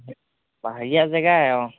পাহাৰীয়া জেগাই অঁ